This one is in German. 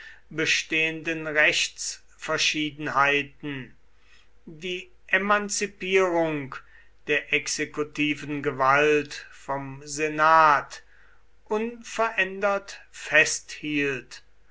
bestehenden rechtsverschiedenheiten die emanzipierung der exekutiven gewalt vom senat unverändert festhielt